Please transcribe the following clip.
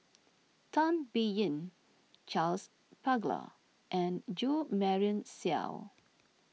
Tan Biyun Charles Paglar and Jo Marion Seow